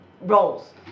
roles